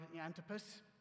Antipas